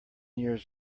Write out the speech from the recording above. years